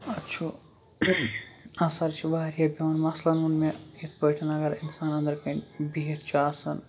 اَکھ چھُ اَثر چھِ واریاہ پٮ۪وان مثلاً ووٚن مےٚ یِتھ پٲٹھۍ اگر اِنسان أنٛدرٕکَنۍ بِہِتھ چھُ آسان